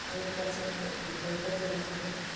ꯑꯩ ꯄꯣꯠꯁꯦ ꯑꯃꯨꯛ ꯔꯤꯇꯔꯜ ꯇꯧꯖꯔꯛꯀꯅꯤ